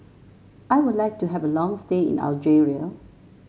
I would like to have a long stay in Algeria